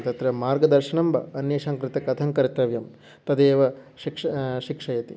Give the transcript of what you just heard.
तत्र मार्गदर्शनम् ब् अन्येषां कृते कथं कर्तव्यं तदेव शिक्ष् शिक्षयति